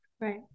Right